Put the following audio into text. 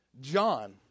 John